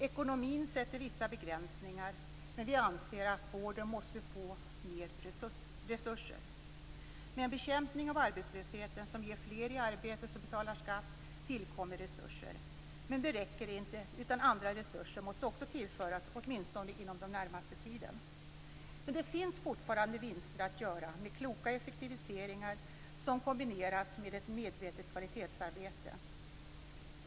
Ekonomin sätter vissa begränsningar, men vi anser att vården måste få mer resurser. Med en bekämpning av arbetslösheten som ger fler i arbete och fler som betalar skatt, tillkommer resurser. Men det räcker inte. Andra resurser måste också tillföras - åtminstone inom den närmaste tiden. Men det finns fortfarande vinster att göra med kloka effektiviseringar som kombineras med ett medvetet kvalitetsarbete.